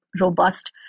robust